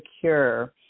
secure